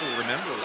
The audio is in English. remember